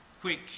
quick